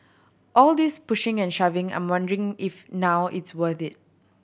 all this pushing and shoving I'm wondering if now it's worth it